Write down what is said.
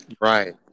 Right